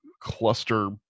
cluster